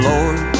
Lord